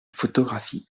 photographies